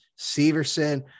Severson